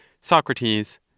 Socrates